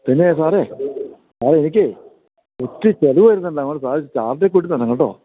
പിന്നെ സാറേ സാറേ എനിക്കെ ഒത്തിരി ചിലവ് വരുന്നുണ്ട് അതുകൊണ്ട് സാറ് ചാര്ജ്ജൊക്കെ കൂട്ടി തരണം കേട്ടോ